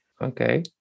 Okay